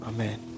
Amen